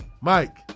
Mike